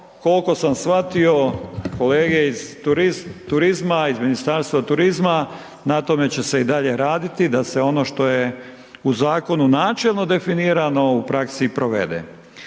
kol'ko sam shvatio kolege iz turizma, iz Ministarstva turizma, na tome će se i dalje raditi da se ono što je u Zakonu načelno definirano u praksi i provede.